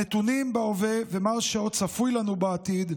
הנתונים בהווה ומה שעוד צפוי לנו בעתיד,